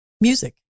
music